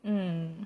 mm